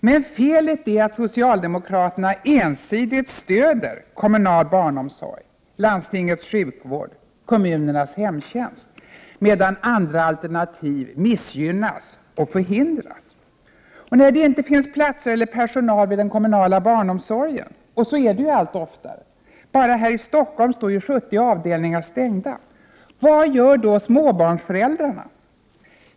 Men felet är att socialdemokraterna ensidigt stöder kommunal barnomsorg, landstingets sjukvård och kommunernas hemtjänst, medan andra alternativ missgynnas och förhindras. När det inte finns platser eller personal vid den kommunala barnomsorgen — och så är det ju allt oftare, för bara här i Stockholm står 70 avdelningar stängda — vad gör då småbarnsföräldrarna?